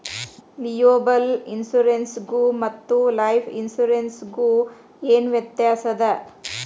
Liable insurance ಗು ಮತ್ತ life insurance ಗು ಏನ್ ವ್ಯಾತ್ಯಾಸದ?